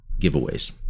giveaways